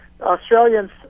Australians